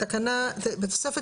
טור א' טור ב'